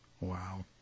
Wow